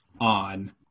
on